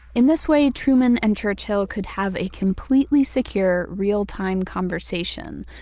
in this way, truman and churchill could have a completely secure real-time conversation.